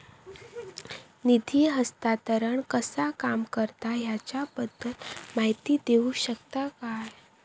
निधी हस्तांतरण कसा काम करता ह्याच्या बद्दल माहिती दिउक शकतात काय?